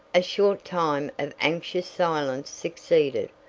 a short time of anxious silence succeeded,